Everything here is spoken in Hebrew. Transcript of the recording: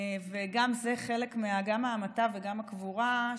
גם ההמתה וגם הקבורה,